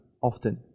often